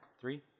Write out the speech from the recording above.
Three